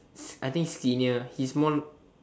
I think skinnier he's more